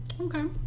Okay